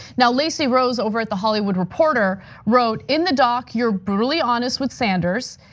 now lacey rose over at the hollywood reporter wrote, in the doc, you're brutally honest with sanders.